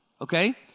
okay